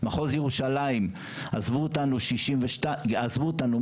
במחוז ירושלים עזבו אותנו 100,